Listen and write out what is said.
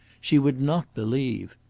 she would not believe.